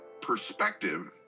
perspective